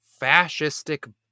fascistic